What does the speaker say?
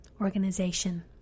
organization